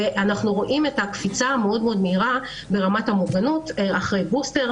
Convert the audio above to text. אנחנו רואים קפיצה מאוד מאוד מהירה ברמת המוגנות אחרי בוסטר,